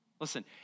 Listen